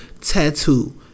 tattoo